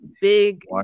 big